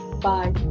Bye